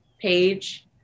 page